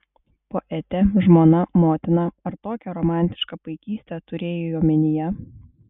poetė žmona motina ar tokią romantišką paikystę turėjai omenyje